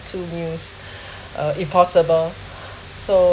two meals uh if possible so